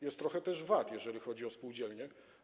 Jest trochę też wad, jeżeli chodzi o spółdzielnie.